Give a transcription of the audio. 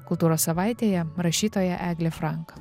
kultūros savaitėje rašytoja eglė frank